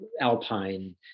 Alpine